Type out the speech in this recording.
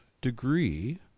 degree